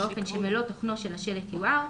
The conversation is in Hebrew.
באופן שמלוא תכנו של השלט יואר.